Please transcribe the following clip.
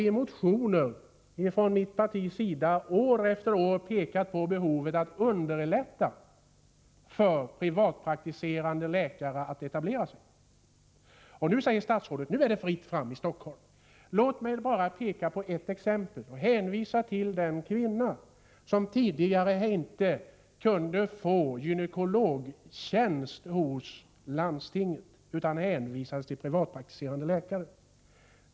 I motioner har vi från mitt partis sida år efter år pekat på behovet av att underlätta för privatpraktiserande läkare att etablera sig. Här säger statsrådet: Nu är det fritt fram i Stockholm. Låt mig bara ge ett exempel. Det gäller en kvinna som tidigare inte kunde få gynekologtjänst hos landstinget utan hänvisades att vara privatpraktiserande läkare.